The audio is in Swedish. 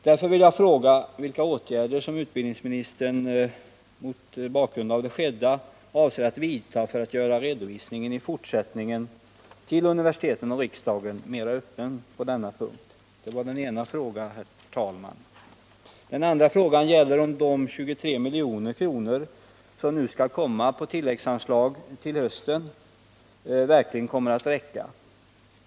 Därför vill jag fråga vilka åtgärder utbildningsministern, mot bakgrund av det skedda, avser att vidta för att i fortsättningen göra redovisningen till universiteten och riksdagen mera öppen på denna punkt. Det var den ena frågan, herr talman! 7 Den andra frågan gäller om de 23 milj.kr., som nu skall komma på tilläggsanslag till hösten, verkligen kommer att räcka.